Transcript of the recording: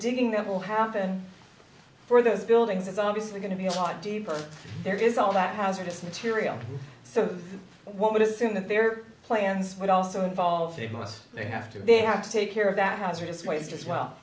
digging that will happen for those buildings is obviously going to be a lot deeper there is all that hazardous material so one would assume that their plans would also involve the most they have to they have to take care of that hazardous waste as well